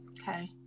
okay